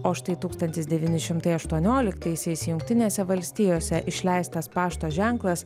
o štai tūkstantis devyni šimtai aštuonioliktaisiais jungtinėse valstijose išleistas pašto ženklas